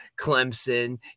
Clemson